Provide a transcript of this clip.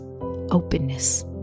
Openness